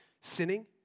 sinning